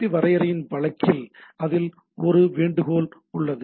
B வரைமுறையின் வழக்கில் அதில் ஒரு வேண்டுகோள் உள்ளது